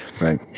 Right